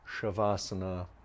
Shavasana